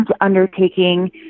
undertaking